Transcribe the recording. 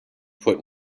put